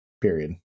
Period